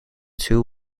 two